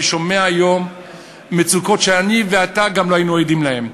אני שומע היום מצוקות שאני ואתה גם לא היינו עדים להן.